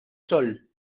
sol